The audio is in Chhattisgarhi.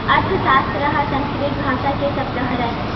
अर्थसास्त्र ह संस्कृत भासा के सब्द हरय